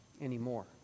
anymore